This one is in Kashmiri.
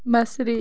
بصری